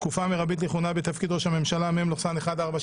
(תקופה מרבית לכהונה בתפקיד ראש הממשלה) (מ/1469).